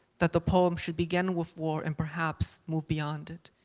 that the poem should begin with war and perhaps move beyond it,